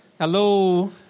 Hello